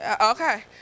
Okay